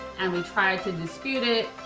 and we tried to dispute it,